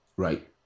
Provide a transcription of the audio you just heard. right